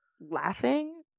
laughing